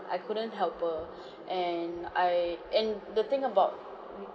I couldn't help her and I and the thing about